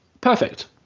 perfect